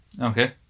Okay